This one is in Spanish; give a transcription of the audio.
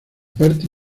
parte